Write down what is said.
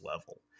level